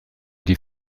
die